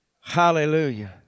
Hallelujah